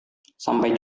sampai